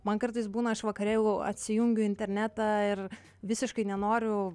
man kartais būna aš vakare jau atsijungiu internetą ir visiškai nenoriu